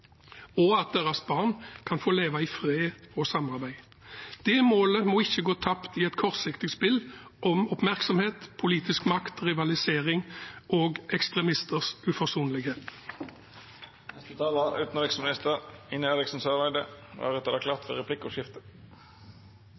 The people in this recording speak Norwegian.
og at deres barn kan få leve i fred og samarbeid. Det målet må ikke gå tapt i et kortsiktig spill om oppmerksomhet, politisk makt, rivalisering og ekstremisters